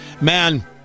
Man